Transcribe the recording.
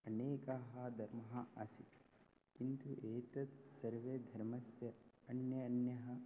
अनेकाः धर्माः आसीत् किन्तु एतत् सर्वे धर्मस्य अन्यः अन्यः